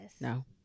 No